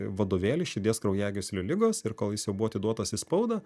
vadovėlis širdies kraujagyslių ligos ir kol jis jau buvo atiduotas į spaudą